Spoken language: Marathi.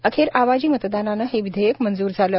अखेर आवाजी मतदानानं हे विधेयक मंजूर झालं